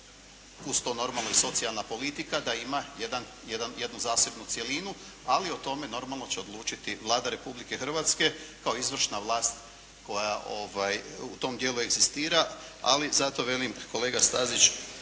uz to normalno i socijalna politika da ima jednu zasebnu cjelinu ali o tome naravno će odlučiti Vlada Republike Hrvatske kao izvršna vlast koja u tom dijelu egzistira. Ali zato kažem kolega Stazić.